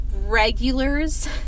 regulars